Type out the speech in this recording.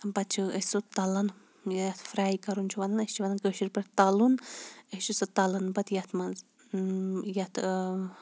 پَتہٕ چھِ أسۍ سُہ تَلان یتھ فراے کَرُن چھِ وَنان أسۍ چھِ وَنان کٲشِرۍ پٲٹھۍ تَلُن أسۍ چھِ سُہ تَلان پَتہٕ یتھ مَنٛز یَتھ